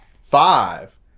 five